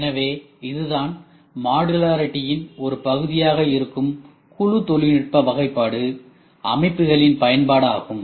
எனவேஇதுதான் மாடுலாரிடியின் ஒரு பகுதியாக இருக்கும் குழு தொழில்நுட்ப வகைப்பாடு அமைப்புகளின் பயன்பாடு ஆகும்